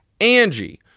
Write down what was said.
Angie